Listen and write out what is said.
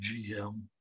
GM